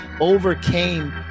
overcame